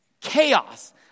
chaos